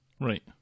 Right